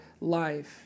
life